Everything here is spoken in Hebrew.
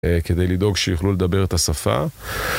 כדי לדאוג שיוכלו לדבר את השפה.